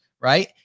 right